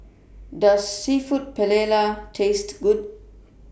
Does Seafood Paella Taste Good